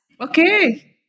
Okay